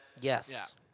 Yes